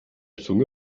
zunge